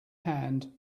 hand